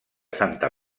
santa